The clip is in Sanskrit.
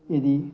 यदि